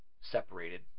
separated